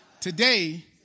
Today